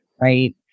right